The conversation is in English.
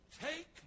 take